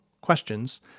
questions